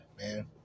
man